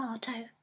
tomato